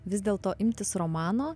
vis dėl to imtis romano